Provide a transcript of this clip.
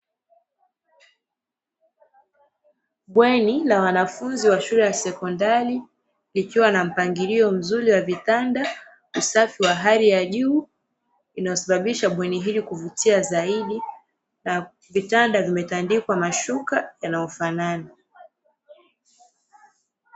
Bweni la wanafunzi wa shule ya sekondari likiwa na mpangilio mzuri wa vitanda na usafi wa hali ya juu, inayosaidia bweni hili kuvutia zaidi na vitanda vimetandikwa mashuka yanayofanana.